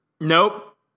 Nope